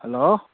hello